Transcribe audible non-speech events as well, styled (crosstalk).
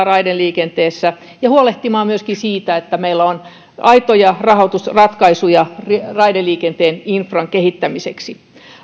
(unintelligible) raideliikenteessä ja huolehtimaan myöskin siitä että meillä on aitoja rahoitusratkaisuja raideliikenteen infran kehittämiseksi